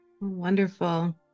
Wonderful